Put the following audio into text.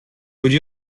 would